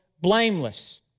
blameless